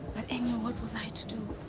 enya, what was i to do?